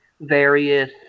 various